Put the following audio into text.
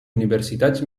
universitats